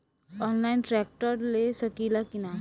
Online tractor ले सकीला कि न?